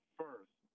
first